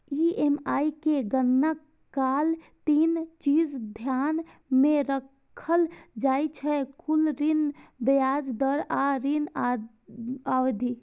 EMI के गणना काल तीन चीज ध्यान मे राखल जाइ छै, कुल ऋण, ब्याज दर आ ऋण अवधि